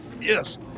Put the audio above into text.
Yes